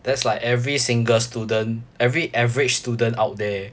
that's like every single student every average student out there